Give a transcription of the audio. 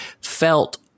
felt